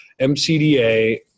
MCDA